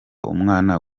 umwana